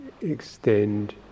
extend